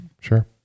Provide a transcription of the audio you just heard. Sure